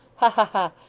ha ha ha!